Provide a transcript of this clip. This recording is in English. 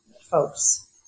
folks